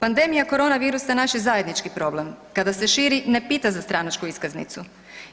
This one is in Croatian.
Pandemija korona virusa naš je zajednički problem, kada se širi ne pita za stranačku iskaznicu